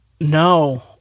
No